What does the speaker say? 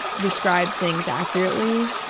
describe things accurately,